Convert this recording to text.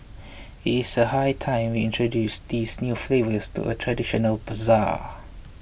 it's a high time we introduce these new flavours to a traditional bazaar